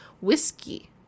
whiskey